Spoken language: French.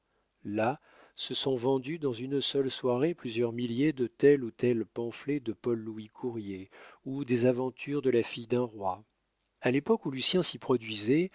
là se sont vendus dans une seule soirée plusieurs milliers de tel ou tel pamphlet de paul louis courier ou des aventures de la fille d'un roi a l'époque où lucien s'y produisait